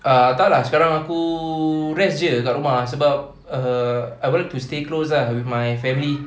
ah tak lah sekarang aku rest jer kat rumah sebab uh apa to stay close ah with my family